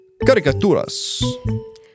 Caricaturas